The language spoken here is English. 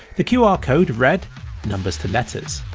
the qr ah code read numbers to letters,